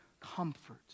comfort